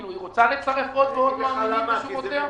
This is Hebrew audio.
היא רוצה לצרף עוד ועוד מאמינים לשורותיה?